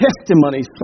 testimonies